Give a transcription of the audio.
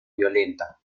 violenta